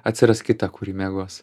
atsiras kita kuri miegos